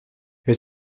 elle